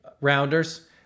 Rounders